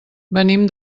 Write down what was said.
venim